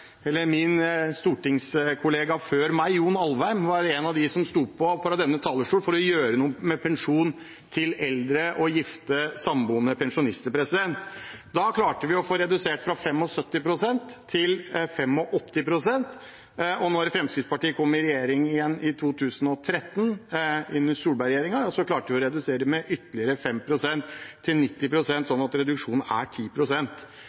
eller samboer. Dette er en sak som Fremskrittspartiet har kjempet for i mange, mange år. Min stortingskollega før meg, John I. Alvheim, var en av dem som sto på fra denne talerstolen for å gjøre noe med pensjonen til eldre gifte og samboende pensjonister. Da klarte vi å få redusert fra 75 pst. til 85 pst., og da Fremskrittspartiet kom i regjering i 2013, inn i Solberg-regjeringen, klarte vi å redusere med ytterligere 5 pst., til